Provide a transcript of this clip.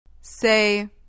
Say